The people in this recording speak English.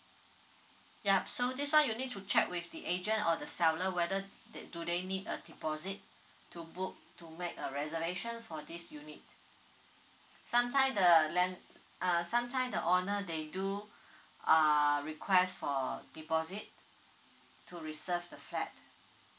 ya so this one you need to check with the agent or the seller whether do they need a deposit to book to make a reservation for this unit sometime the land uh sometime the owner they do uh request for deposit to reserve the flat